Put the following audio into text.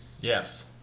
Yes